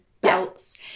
belts